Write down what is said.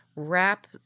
wrap